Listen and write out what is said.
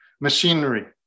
machinery